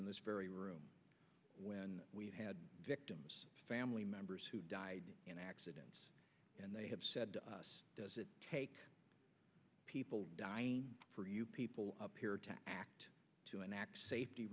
in this very room when we've had victims family members who died in accidents and they have said to us does it take people dying for you people appear to act to enact safety